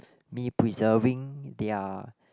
me preserving their